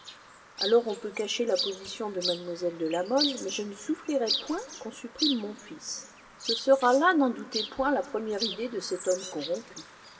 alors on peut cacher la position de mlle de la mole mais je ne souffrirai point qu'on supprime mon fils ce sera là n'en doutez point la première idée de cet homme corrompu